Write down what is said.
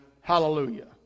Hallelujah